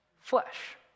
flesh